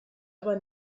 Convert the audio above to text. aber